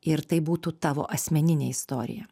ir tai būtų tavo asmeninė istorija